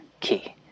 key